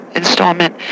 installment